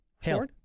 hill